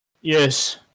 Yes